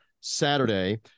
Saturday